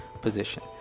position